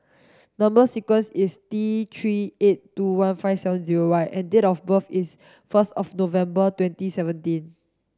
number sequence is T three eight two one five seven zero Y and date of birth is first of November twenty seventeen